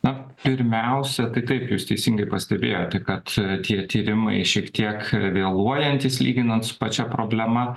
na pirmiausia tai kaip jūs teisingai pastebėjote kad tie tyrimai šiek tiek vėluojantys lyginant su pačia problema